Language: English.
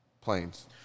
planes